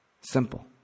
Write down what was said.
Simple